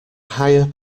hire